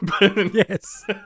Yes